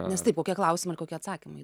nes taip kokie klausimai ir kokie atsakymai